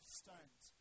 stones